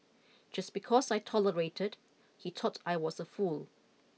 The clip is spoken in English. just because I tolerated he thought I was a fool